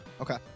Okay